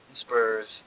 Spurs